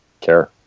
care